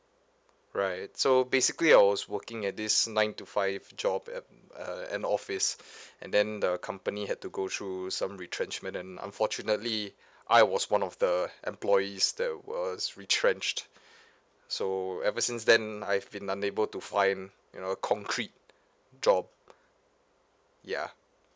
right so basically I was working at this nine to five job at uh an office and then the company had to go through some retrenchment and unfortunately I was one of the employees that was retrenched so ever since then I've been unable to find you know concrete job yeah